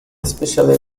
especially